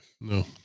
No